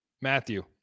Matthew